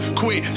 quit